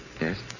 Yes